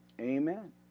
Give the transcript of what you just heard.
amen